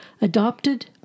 adopted